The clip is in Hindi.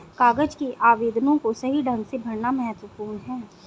कागज के आवेदनों को सही ढंग से भरना महत्वपूर्ण है